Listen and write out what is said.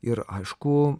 ir aišku